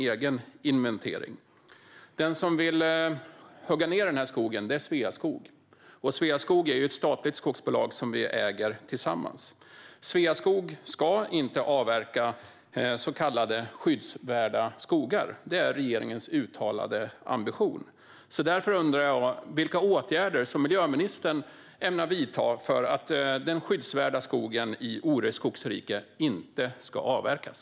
Det är Sveaskog som vill hugga ned den skogen. Det är ett statligt skogsbolag som vi äger tillsammans. Det är regeringens uttalade ambition att Sveaskog inte ska avverka så kallade skyddsvärda skogar. Därför undrar jag vilka åtgärder miljöministern ämnar vidta för att den skyddsvärda skogen i Ore skogsrike inte ska avverkas.